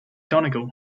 donegal